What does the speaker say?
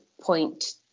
point